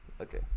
okay